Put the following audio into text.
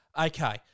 Okay